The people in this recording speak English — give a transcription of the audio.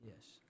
Yes